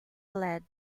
led